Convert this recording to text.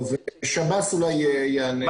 טוב, זה שב"ס אולי יענה על זה.